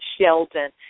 Sheldon